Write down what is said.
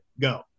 Go